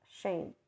shame